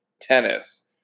tennis